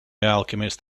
alchemist